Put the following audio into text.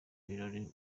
ibirori